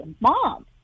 Mom